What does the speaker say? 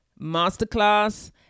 masterclass